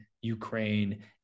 Ukraine